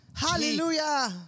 Hallelujah